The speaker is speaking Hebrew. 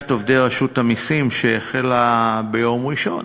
עובדי רשות המסים שהחלה ביום ראשון,